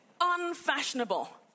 unfashionable